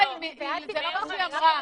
לא, לא, יש --- הם